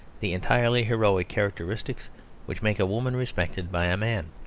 the entirely heroic characteristics which make a woman respected by a man.